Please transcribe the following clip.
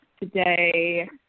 today